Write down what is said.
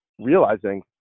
Realizing